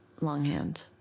longhand